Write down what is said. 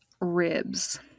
Ribs